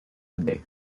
today